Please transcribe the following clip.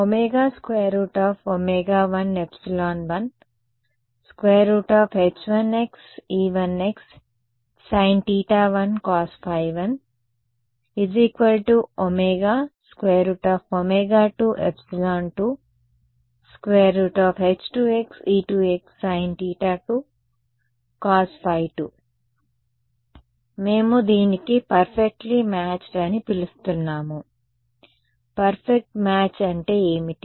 1ε1h1xe1x sin1 cos ∅1 2ε2h2xe2x sin2 cos ∅2 మేము దీనిని perfectly matched అని పిలుస్తున్నాము పర్ఫెక్ట్ మ్యాచ్డ్ అంటే ఏమిటి